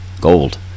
gold